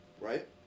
right